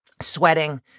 sweating